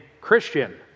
Christian